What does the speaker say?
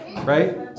right